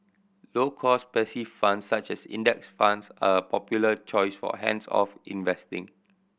low cost passive funds such as Index Funds are popular choice for hands off investing